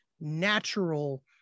natural